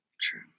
True